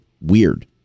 weird